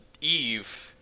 Eve